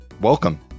Welcome